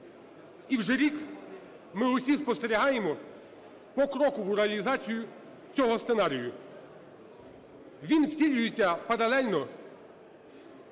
І вже рік ми усі спостерігаємо покрокову реалізацію цього сценарію. Він втілюється паралельно